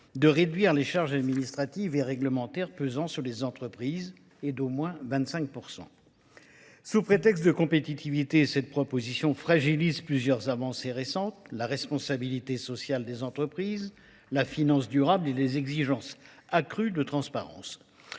de réduire les charges administratives et réglementaires pesant sur les entreprises et d'au moins 25 %. Sous prétexte de compétitivité, cette proposition fragilise plusieurs avancées récentes, la responsabilité sociale des entreprises, la finance durable et les exigences accrues de transparence.